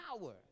power